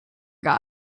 guy